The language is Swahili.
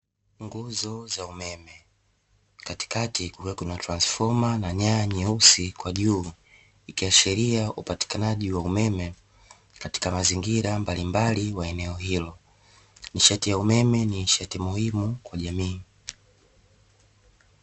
Nguzo za umeme katikati kukiwa kuna transfoma na nyaya nyeusi kwa juu ikiashiria upatikanaji wa umeme katika mazingira mbalimbali ya eneo hilo. Nishati ya umeme ni nishati muhimu kwa jamii.